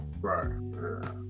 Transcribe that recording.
Right